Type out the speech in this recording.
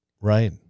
right